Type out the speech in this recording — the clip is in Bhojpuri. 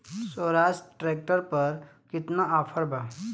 सोहराज ट्रैक्टर पर केतना ऑफर बा?